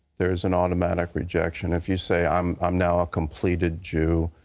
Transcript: there is an automatic rejection. if you say i'm i'm now a completed jew,